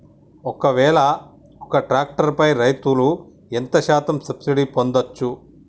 ఒక్కవేల ఒక్క ట్రాక్టర్ పై రైతులు ఎంత శాతం సబ్సిడీ పొందచ్చు?